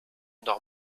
noch